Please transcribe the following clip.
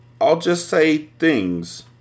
I'll-just-say-things